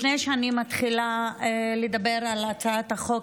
לפני שאני מתחילה לדבר על הצעת החוק,